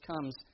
comes